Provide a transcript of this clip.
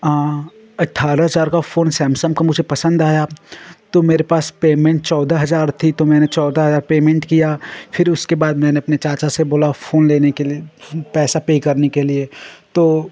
अठारह हजार का सैमसंग का फोन मुझे पसंद आया तो मेरे पास पेमेंट चौदह हजार थी तो मैंने चौदह हजार पेमेंट किया फिर उसके बाद मैंने अपने चाचा से बोला फोन लेने के लिए पैसा पर करने के लिए तो